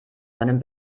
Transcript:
seinem